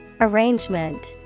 Arrangement